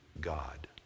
God